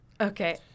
Okay